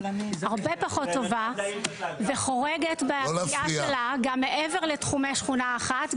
הרבה פחות טובה וחורגת בעשייה שלה גם מעבר לתחומי שכונה אחת,